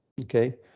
okay